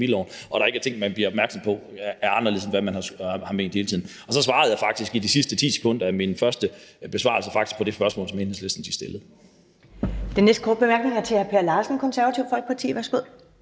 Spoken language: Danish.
at der ikke er ting, som man bliver opmærksom på er anderledes end sådan, som man hele tiden har ment de var. Så svarede jeg faktisk i de sidste 10 sekunder af min første besvarelse på det spørgsmål, som Enhedslisten stillede.